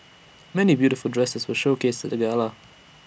many beautiful dresses were showcased at the gala